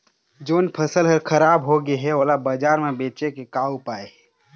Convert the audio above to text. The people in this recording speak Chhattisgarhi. जोन फसल हर खराब हो गे हे, ओला बाजार म बेचे के का ऊपाय हे?